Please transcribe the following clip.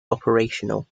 operational